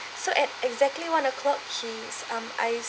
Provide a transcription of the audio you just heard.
so at exactly one o'clock he um I